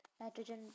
nitrogen